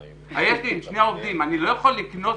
הייתי עם שני עובדים אז אני לא יכול לקנוס